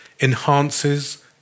enhances